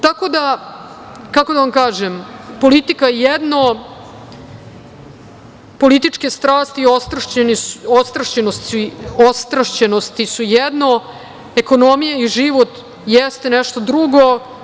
Tako da, kako da vam kažem, politika je jedno, političke strasti i ostrašćenosti su jedno, ekonomija i život je nešto drugo.